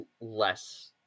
less